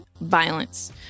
violence